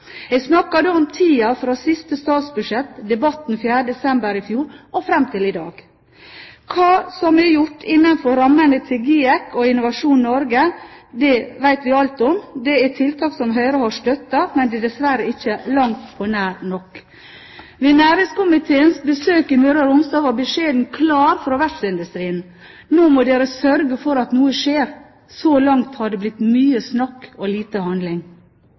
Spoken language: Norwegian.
Jeg snakker da om tiden fra siste statsbudsjett, debatten 4. desember i fjor og fram til i dag. Hva som er gjort innenfor rammene til GIEK og Innovasjon Norge, vet vi alt om. Det er tiltak som Høyre har støttet, men det er dessverre ikke på langt nær nok. Ved næringskomiteens besøk i Møre og Romsdal var beskjeden klar fra verftsindustrien: Nå må dere sørge for at noe skjer. Så langt har det blitt mye snakk og lite handling.